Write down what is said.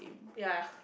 ya